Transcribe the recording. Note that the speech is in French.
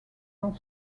dans